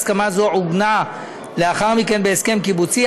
הסכמה זו עוגנה לאחר מכן בהסכם קיבוצי.